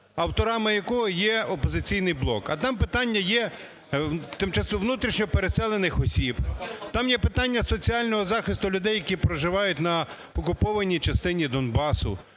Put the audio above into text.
авторами якого є "Опозиційний блок". А там питання є внутрішньо переселених осіб, там є питання соціального захисту людей, які проживають на окупованій частині Донбасу.